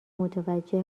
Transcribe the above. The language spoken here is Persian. متوجه